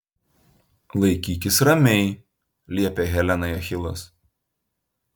laikykis ramiai liepė helenai achilas